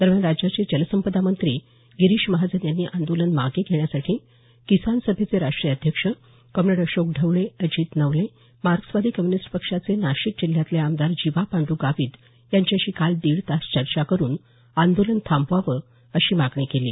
दरम्यान राज्याचे जलसंपदा मंत्री गिरीश महाजन यांनी आंदोलन मागे घेण्यासाठी किसान सभेचे राष्ट्रीय अध्यक्ष कॉ अशोक ढवळे अजित नवले मार्क्सवादी कम्युनिस्ट पक्षाचे नाशिक जिल्ह्यातले आमदार जीवा पांडू गावित यांच्याशी दीड तास चर्चा करून आंदोलन थांबवावे अशी मागणी केली